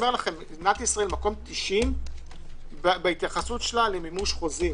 מדינת ישראל מקום 90 בהתייחסות שלה למימוש חוזים.